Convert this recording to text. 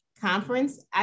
conference